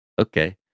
Okay